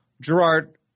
Gerard